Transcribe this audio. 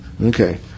okay